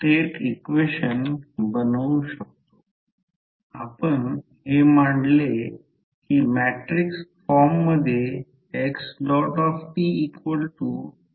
कारण येथे करंट इथे प्रवेश करत आहे आणि हा दूर जात आहे त्या आधारावर थोडेसे पाहू आणि हे इम्पेडन्स ZL त्या आधारावर दिले गेले आहे जर या लूपमध्ये प्रथम KVL लिहा